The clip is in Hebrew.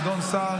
גדעון סער,